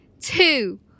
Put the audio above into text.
two